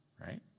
right